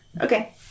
Okay